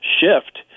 shift